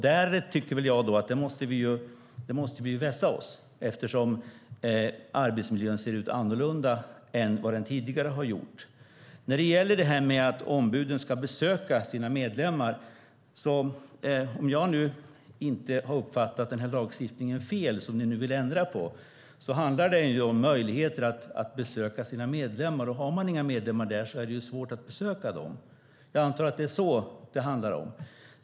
Där tycker jag att vi måste vässa oss, eftersom arbetsmiljön ser annorlunda ut än tidigare. När det gäller att skyddsombuden ska besöka sina medlemmar: Om jag inte har uppfattat den lagstiftning som ni vill ändra felaktigt handlar den om möjligheter att besöka sina medlemmar. Men har man inga medlemmar är det svårt att besöka dem. Jag antar att det är detta det handlar om.